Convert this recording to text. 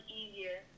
easier